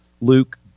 Luke